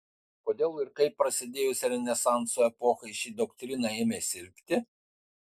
kodėl ir kaip prasidėjus renesanso epochai ši doktrina ėmė silpti